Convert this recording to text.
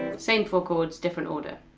same four chords, different order.